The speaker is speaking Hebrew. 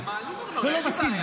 אתם מעלים ארנונה, אין לי בעיה.